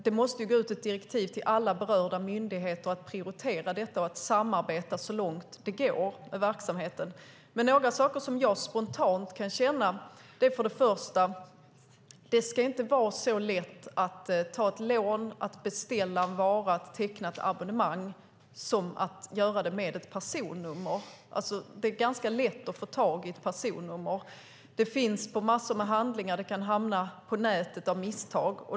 Det måste gå ut ett direktiv till alla berörda myndigheter att prioritera detta och samarbeta så långt det går i verksamheten. Några saker som jag spontant kan känna att man ska titta på är först och främst att det inte ska vara så lätt att ta ett lån, att beställa en vara och teckna ett abonnemang som att göra det med ett personnummer. Det är ganska lätt att få tag i ett personnummer. Det finns på massor av handlingar. Det kan hamna på nätet av misstag.